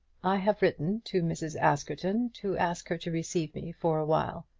i have written to mrs. askerton to ask her to receive me for awhile.